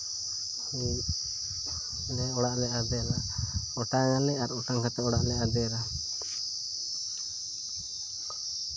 ᱚᱲᱟᱜ ᱞᱮ ᱟᱫᱮᱨᱟ ᱚᱴᱟᱝ ᱟᱞᱮ ᱟᱨ ᱚᱴᱟᱝ ᱠᱟᱛᱮ ᱚᱲᱟᱜ ᱞᱮ ᱟᱫᱮᱨᱟ